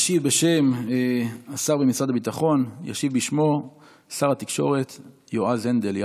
בשם השר במשרד הביטחון ישיב שר התקשורת יועז הנדל.